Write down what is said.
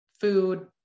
food